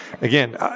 again